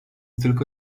tylko